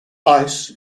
ice